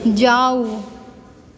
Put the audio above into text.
जाउ